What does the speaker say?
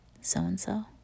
so-and-so